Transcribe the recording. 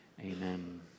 Amen